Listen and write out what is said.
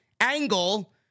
angle